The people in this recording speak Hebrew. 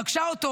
פגשה אותו,